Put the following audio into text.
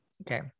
okay